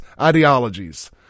ideologies